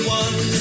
one